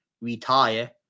Retire